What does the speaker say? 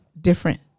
different